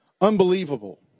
unbelievable